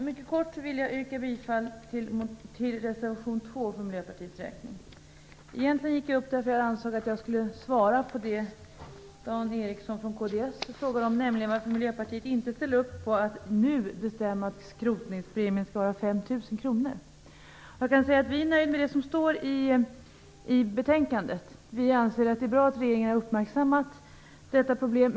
Fru talman! Jag vill mycket kort yrka bifall till reservation 2 för Miljöpartiets räkning. Jag begärde egentligen ordet för att svara på det som Dan Ericsson från kds frågade om, nämligen varför Miljöpartiet inte ställer upp på att nu besluta att skrotningspremien skall vara 5 000 kr. Vi är nöjda med det som står i betänkandet. Vi anser att det är bra att regeringen har uppmärksammat detta problem.